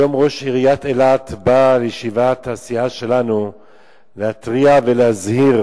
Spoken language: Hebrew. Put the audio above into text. היום ראש עיריית אילת בא לישיבת הסיעה שלנו להתריע ולהזהיר